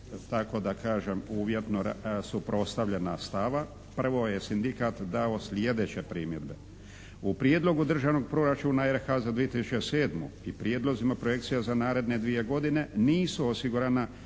tako da kažem uvjetno suprotstavljena stava. Prvo je sindikat dao sljedeće primjedbe. U prijedlogu Državnog proračuna RH za 2007. i prijedlozima projekcija za naredne dvije godine nisu osigurana